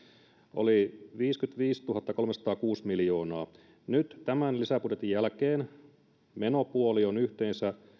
oli viisikymmentäviisituhattakolmesataakuusi miljoonaa nyt tämän lisäbudjetin jälkeen menopuoli on yhteensä